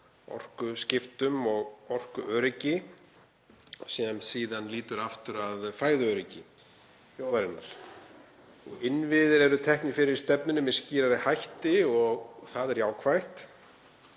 orkuskiptum og orkuöryggi sem síðan lýtur aftur að fæðuöryggi þjóðarinnar. Innviðir eru teknir fyrir í stefnunni með skýrari hætti og það er jákvætt.